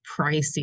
pricey